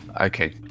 Okay